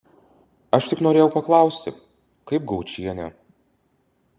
aš tik norėjau paklausti kaip gaučienė